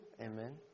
Amen